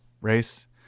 race